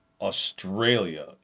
Australia